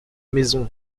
maisons